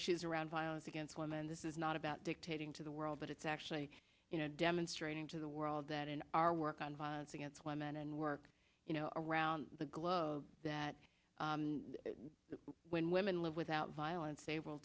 issues around violence against women this is not about dictating to the world but it's actually you know demonstrating to the world that in our work on violence against women and work you know around the globe that when women live without violence